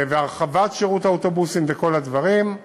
והרחבת שירות האוטובוסים, וכל הדברים,